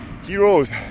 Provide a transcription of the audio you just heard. Heroes